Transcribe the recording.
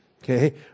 Okay